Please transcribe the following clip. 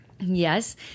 Yes